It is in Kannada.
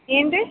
ಏನು ರೀ